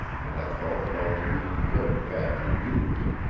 and i felt that i was being very badly used.